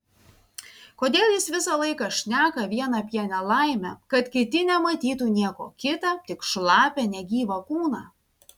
kodėl jis visą laiką šneka vien apie nelaimę kad kiti nematytų nieko kita tik šlapią negyvą kūną